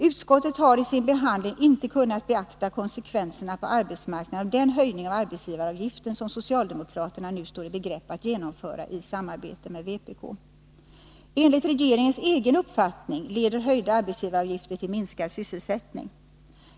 Utskottet har i sin behandling inte kunnat beakta konsekvenserna på arbetsmarknaden av den höjning av arbetsgivaravgiften som socialdemokraterna nu står i begrepp att genomföra i samarbete med vpk. Enligt regeringens egen uppfattning leder höjda arbetsgivaravgifter till minskad sysselsättning.